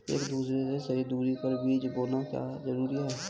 एक दूसरे से सही दूरी पर बीज बोना क्यों जरूरी है?